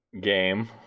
game